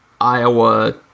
Iowa